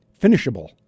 finishable